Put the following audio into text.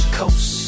coast